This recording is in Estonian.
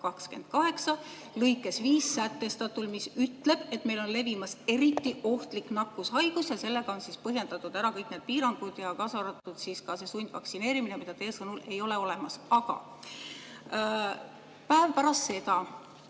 28 lõikes 5 sätestatul, ütleb, et meil on levimas eriti ohtlik nakkushaigus. Sellega on põhjendatud ära kõik need piirangud, kaasa arvatud see sundvaktsineerimine, mida teie sõnul ei ole olemas. Aga päev pärast seda,